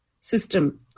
system